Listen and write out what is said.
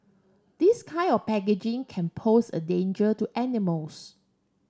this kind of packaging can pose a danger to animals